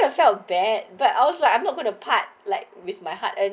I felt bad but I was like I'm not gonna part like with my heart and